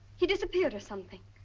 he disappeared or something.